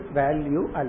value